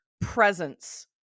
presence